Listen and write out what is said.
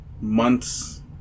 months